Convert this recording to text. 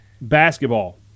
basketball